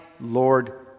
Lord